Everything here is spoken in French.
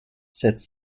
cette